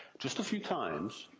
just a few times,